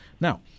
Now